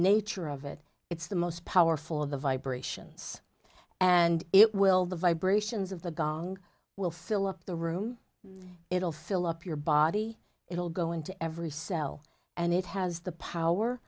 nature of it it's the most powerful of the vibrations and it will the vibrations of the gong will fill up the room it'll fill up your body it'll go into every cell and it has the power